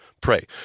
pray